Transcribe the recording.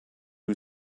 who